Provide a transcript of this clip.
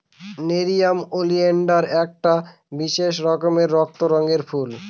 nerium oleander একটা বিশেষ রকমের রক্ত রঙের ফুল